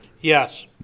Yes